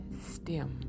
STEM